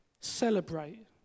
Celebrate